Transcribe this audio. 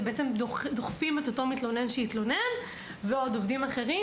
זה בעצם דוחפים את אותו עובד שהתלונן ועוד עובדים נוספים,